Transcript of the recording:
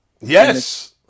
Yes